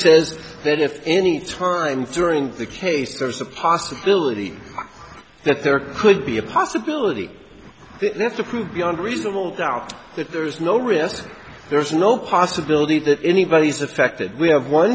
says that if any time during the case there's a possibility that there could be a possibility to prove beyond reasonable doubt that there is no risk there's no possibility that anybody's affected we have one